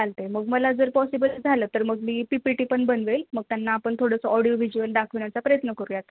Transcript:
चालतं आहे मग मला जर पॉसिबल झालं तर मग मी पी पी टीपण बनवेल मग त्यांना आपण थोडंस ऑडिओ व्हिजुअल दाखवण्याचा प्रयत्न करूयात